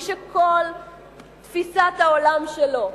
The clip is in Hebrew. מי שכל תפיסת העולם שלו,